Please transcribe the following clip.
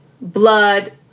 blood